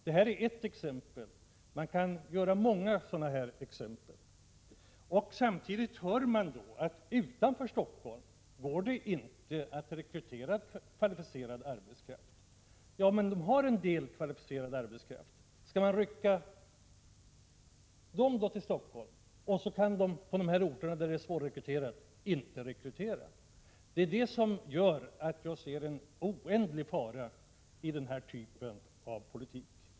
Det här var ett exempel, man kan ge många liknande. Samtidigt hör man att det inte går att rekrytera kvalificerad arbetskraft utanför Stockholm. Men det finns i dag kvalificerad arbetskraft utanför Stockholm. Man kan fråga sig om den då skall ryckas till Stockholm med påföljd att det på orter med svårigheter att rekrytera blir omöjligt att rekrytera. Detta gör att jag ser en oerhört stor fara i att det förs den här sortens politik.